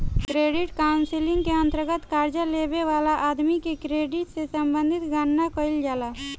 credit counselling के अंतर्गत कर्जा लेबे वाला आदमी के क्रेडिट से संबंधित गणना कईल जाला